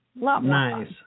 Nice